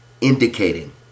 indicating